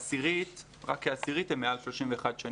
כעשירית, רק כעשירית, הם מעל 31 שנים.